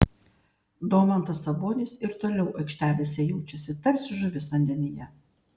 domantas sabonis ir toliau aikštelėse jaučiasi tarsi žuvis vandenyje